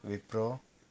Wipro